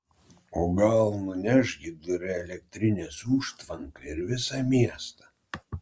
o gal nuneš hidroelektrinės užtvanką ir visą miestą